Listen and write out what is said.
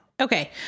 Okay